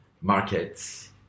markets